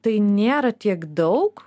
tai nėra tiek daug